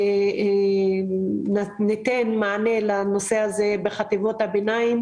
לכן ניתן מענה לנושא הזה בחטיבות הביניים,